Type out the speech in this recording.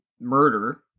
murder